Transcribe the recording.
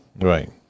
Right